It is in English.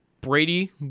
Brady